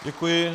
Děkuji.